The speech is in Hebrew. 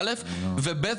כמו כן,